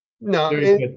no